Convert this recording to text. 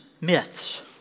myths